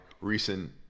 recent